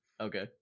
okay